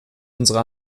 unsere